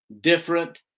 different